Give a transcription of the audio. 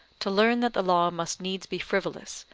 to learn that the law must needs be frivolous,